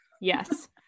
Yes